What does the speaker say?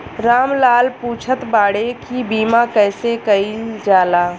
राम लाल पुछत बाड़े की बीमा कैसे कईल जाला?